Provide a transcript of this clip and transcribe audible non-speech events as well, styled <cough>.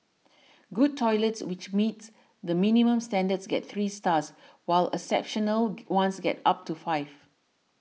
good toilets which meets the minimum standards get three stars while exceptional <noise> ones get up to five